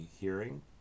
hearing